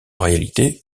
réalité